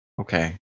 Okay